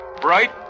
bright